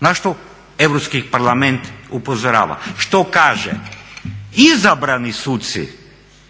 na što Europski parlament upozorava. Što kaže izabrani suci,